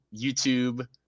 YouTube –